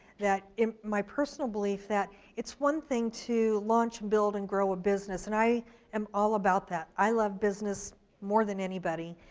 that my personal belief that it's one thing to launch, build, and grow a business, and i am all about that. i love business more than anybody.